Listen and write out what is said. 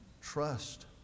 trust